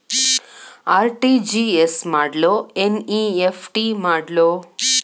RTGS ಮಾಡ್ಲೊ NEFT ಮಾಡ್ಲೊ?